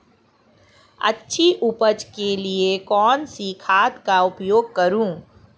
अच्छी उपज के लिए कौनसी खाद का उपयोग करूं?